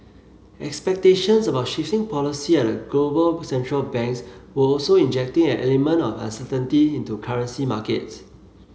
expectations about shifting policy at global central banks were also injecting an element of uncertainty into currency markets